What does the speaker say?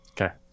Okay